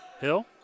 Hill